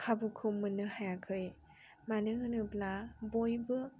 खाबुखौ मोननो हायाखै मानो होनोब्ला बयबो